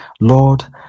Lord